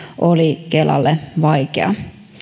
oli kelalle vaikea